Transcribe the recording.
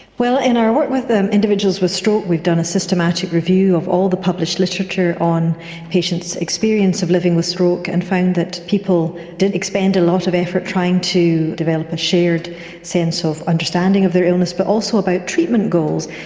in our work with individuals with stroke we've done a systematic review of all the published literature on patients' experience of living with stroke and found that people did expend a lot of effort trying to develop a shared sense of understanding of their illness, but also about treatment goals.